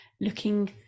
looking